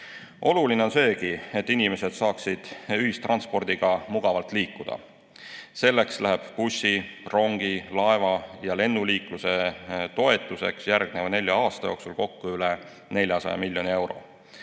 Oluline on seegi, et inimesed saaksid ühistranspordiga mugavalt liikuda. Selleks läheb bussi-, rongi-, laeva- ja lennuliikluse toetuseks järgmise nelja aasta jooksul kokku üle 400 miljoni